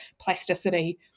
plasticity